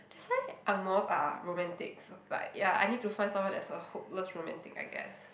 that's why angmohs are romantics like ya I need to find someone that's a hopeless romantic I guess